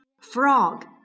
Frog